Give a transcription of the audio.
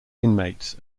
inmates